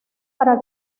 para